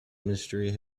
mystery